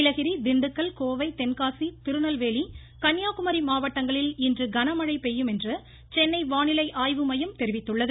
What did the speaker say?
நீலகிரி திண்டுக்கல் கோவை தென்காசி திருநெல்வேலி கன்னியாகுமரி மாவட்டங்களில் இன்று கனமழை பெய்யும் என்று சென்னை வானிலை ஆய்வு மையம் தெரிவித்துள்ளது